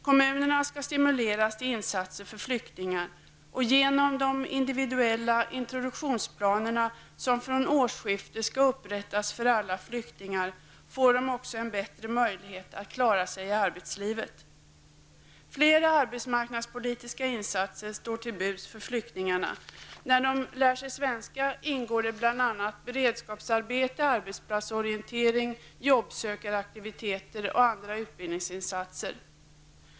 Kommunerna skall stimuleras till insatser för flyktingar. Genom de individuella introduktionsplaner som från årsskiftet skall upprättas för alla flyktingar får dessa en bättre möjlighet att klara sig i arbetslivet. Flera arbetsmarknadspolitiska insatser står till buds för flyktingarna. När de lär sig svenska ingår det bl.a. beredskapsarbete, arbetsplatsorientering, jobbsökaraktiviteter och andra utbildningsinsatser.